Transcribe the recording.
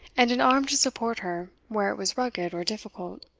and an arm to support her where it was rugged or difficult